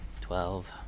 Twelve